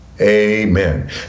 amen